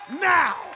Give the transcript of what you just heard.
now